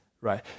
right